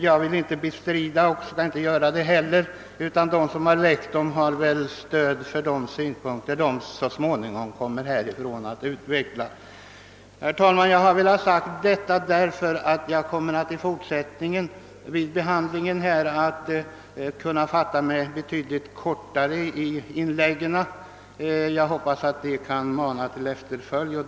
Jag skall inte bestrida att motionärerna har stöd för sina synpunkter, vilka naturligtvis kommer att utvecklas också från denna talarstol. Herr talman! Jag har velat säga detta därför att jag räknar med att i fortsättningen vid de olika punkterna kunna fatta mig rätt kort, något som jag hoppas vinner efterföljd.